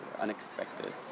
unexpected